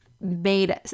made